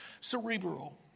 cerebral